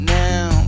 now